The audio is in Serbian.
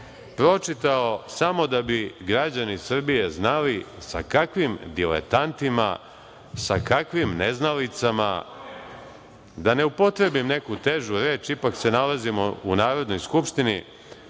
pročitao samo da bi građani Srbije znali sa kakvim diletantima, sa kakvim neznalicama, da ne upotrebim neku težu reč, ipak se nalazimo u Narodnoj skupštini,